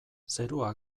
zerua